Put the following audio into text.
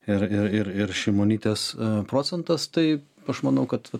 ir ir ir ir šimonytės procentas tai aš manau kad